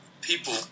people